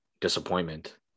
disappointment